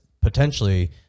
potentially